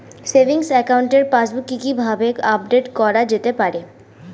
Savings একাউন্টের passbook কি কিভাবে আপডেট করা যেতে পারে?